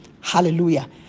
Hallelujah